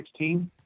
2016